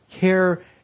care